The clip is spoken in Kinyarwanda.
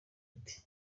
ati